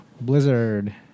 blizzard